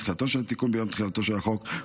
תחילתו של התיקון ביום תחילתו של החוק,